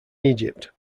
egypt